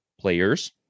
Players